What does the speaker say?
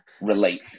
relate